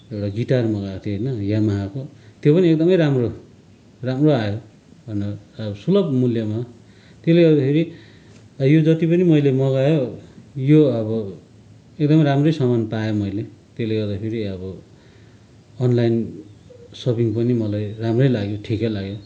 एउटा गिटार मगाएको थिएँ होइन यमाहाको त्यो पनि एकदमै राम्रो राम्रो आयो अन्त अब सुलभ मूल्यमा त्यसले गर्दाखेरि यो जति पनि मैले मगाएँ यो अब एकदमै राम्रै सामान पाएँ मैले त्यसले गर्दाखेरि अब अनलाइन सपिङ पनि मलाई राम्रै लाग्यो ठिकै लाग्यो